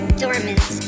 dormant